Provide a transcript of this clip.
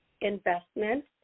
investment